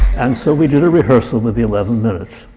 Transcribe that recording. and so, we did a rehearsal with the eleven minutes,